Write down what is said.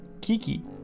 Kiki